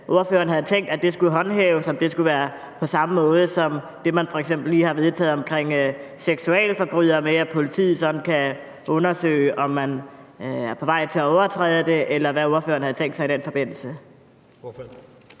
hvordan ordføreren havde tænkt at det skulle håndhæves – om det f.eks. skulle være ligesom det, man lige har vedtaget omkring seksualforbrydere, altså at politiet kan undersøge, om man er på vej til at overtræde loven. Hvad havde ordføreren tænkt sig i den forbindelse?